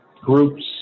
groups